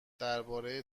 درباره